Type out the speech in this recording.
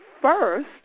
first